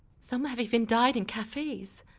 some have even died in cafes.